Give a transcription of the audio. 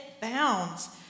bounds